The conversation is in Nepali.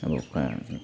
अब प्रायः